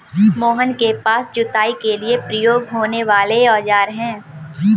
मोहन के पास जुताई के लिए प्रयोग होने वाले औज़ार है